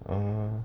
oh